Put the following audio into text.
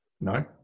No